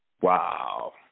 Wow